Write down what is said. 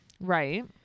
Right